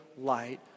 light